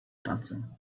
tacę